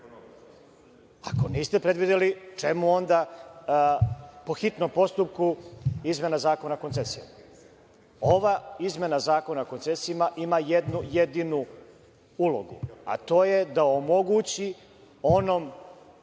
Ako niste predvideli, čemu onda po hitnom postupku izmena Zakona o koncesijama? Ova izmena Zakona o koncesijama ima jednu jedinu ulogu, a to je da omogući onom